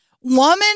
Woman